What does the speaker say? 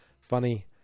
funny